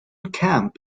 camp